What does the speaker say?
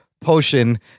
potion